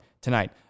tonight